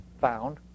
found